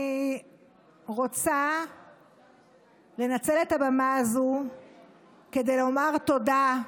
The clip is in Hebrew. אני רוצה לנצל את הבמה הזו כדי לומר תודה,